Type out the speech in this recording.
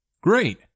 Great